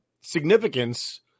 Significance